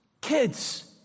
Kids